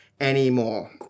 anymore